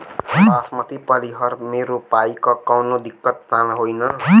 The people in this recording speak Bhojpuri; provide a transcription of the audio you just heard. बासमती पलिहर में रोपाई त कवनो दिक्कत ना होई न?